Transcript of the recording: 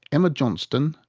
emma johnston,